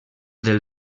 del